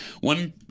One